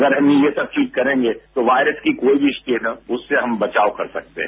अगर हम ये सब चींज करेंगे तो वायरस की कोई भी स्टेट हो उससे हम बचाव कर सकते है